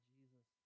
Jesus